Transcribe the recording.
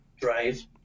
drive